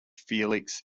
felix